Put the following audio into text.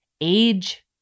age